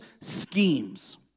schemes